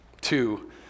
Two